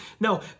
No